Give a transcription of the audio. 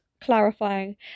clarifying